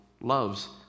loves